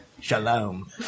Shalom